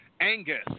Angus